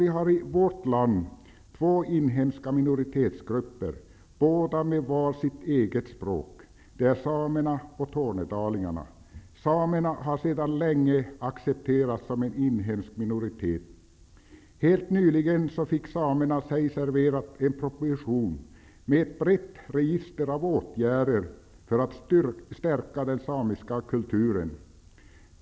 Vi har i vårt land två inhemska minoritetsgrupper, båda med varsitt eget språk. Det är samerna och tornedalingarna. Samerna har sedan länge accepterats som en inhemsk minoritet. Helt nyligen fick samerna sig serverat en proposition med ett brett register av åtgärder för att stärka den samiska kulturen.